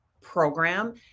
program